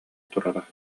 турара